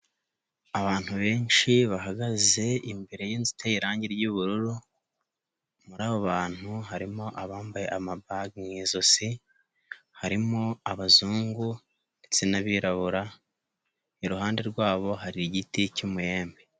Abantu benshi bahagaze imbere y'inzu iteye irangi ry'ubururu, muri abo bantu harimo abambaye amabaji mu ijosi, harimo abazungu ndetse n'abirabura, iruhande rwabo hari igiti cy'umuhembe.